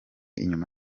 inyuma